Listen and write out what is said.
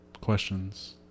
questions